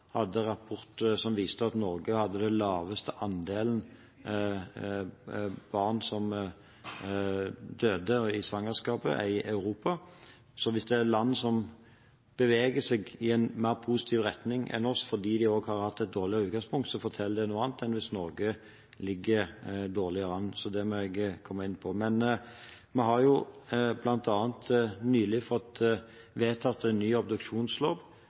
hadde rapporter som viste at Norge hadde den laveste andelen barn som døde i svangerskapet i Europa – beveger seg i en mer positiv retning enn oss, fordi de har hatt et dårligere utgangspunkt, forteller det noe annet enn hvis Norge ligger dårligere an. Så det må jeg komme tilbake til. Men vi har jo bl.a. nylig fått vedtatt en ny obduksjonslov